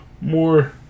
more